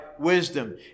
wisdom